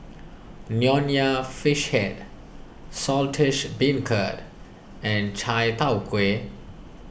Nonya Fish Head Saltish Beancurd and Chai Tow Kuay